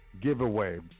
giveaway